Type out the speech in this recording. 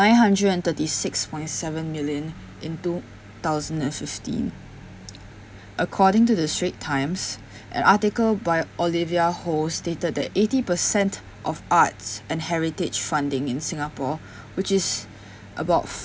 nine hundred and thirty six point seven million in two thousand and fifteen according to the straits times an article by olivia [ho] stated that eighty percent of arts and heritage funding in singapore which is about